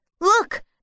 Look